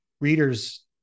readers